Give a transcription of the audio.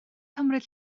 cymryd